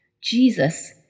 Jesus